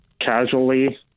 casually